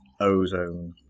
ozone